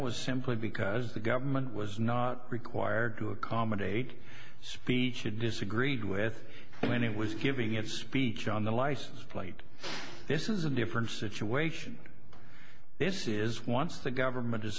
was simply because the government was not required to accommodate speech or disagreed with it when it was giving a speech on the license plate this is a different situation this is once the government